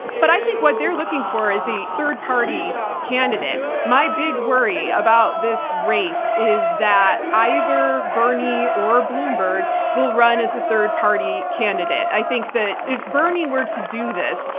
but i think what they're looking for is a third party candidate. my big worry about this race is that either bernie or bloomberg will run as a third party candidate. i think that if bernie were to do this,